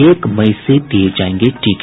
एक मई से दिये जायेंगे टीके